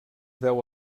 deu